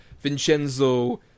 Vincenzo